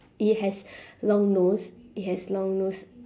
it has long nose it has long nose